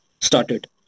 started